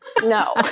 no